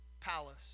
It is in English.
palace